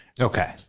Okay